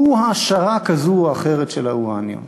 הוא העשרה כזאת או אחרת של האורניום,